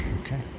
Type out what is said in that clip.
Okay